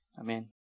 Amen